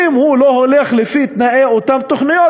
אם הוא לא הולך לפי תנאי אותן תוכניות,